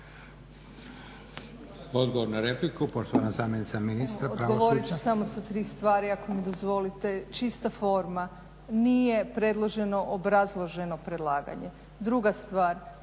Odgovor na repliku, poštovana zamjenica ministrica